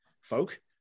folk